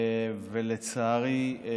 ולצערי הוא